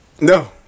No